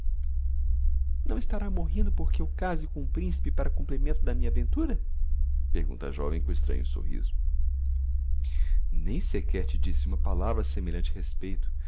não estará morrendo por que eu case com o principe para complemento da minha ventura pergunta a joven com extranho sorriso nem sequer te disse uma palavra a semelhante respeito